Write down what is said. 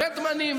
מהרדמנים,